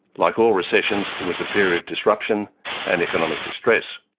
like all recessions, it was a period of disruption and economic distress.